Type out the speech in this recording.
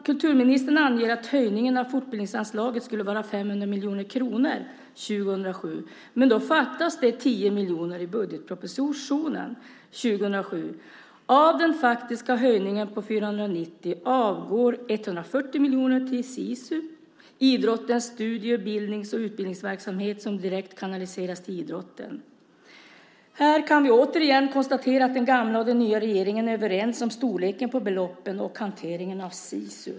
Kulturministern anger att höjningen av fortbildningsanslaget skulle vara 500 miljoner kronor. Men då fattas det 10 miljoner i budgetpropositionen för 2007. Av den faktiska höjningen på 490 miljoner avgår 140 miljoner till Sisu, idrottens studie-, bildnings och utbildningsverksamhet, som direkt kanaliseras till idrotten. Här kan vi återigen konstatera att den gamla och den nya regeringen är överens om storleken på beloppen och hanteringen av Sisu.